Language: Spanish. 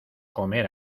comer